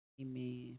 Amen